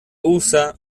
usa